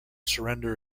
surrender